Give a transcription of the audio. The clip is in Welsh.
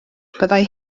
byddai